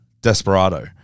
Desperado